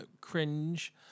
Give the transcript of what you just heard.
cringe